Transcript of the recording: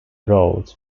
road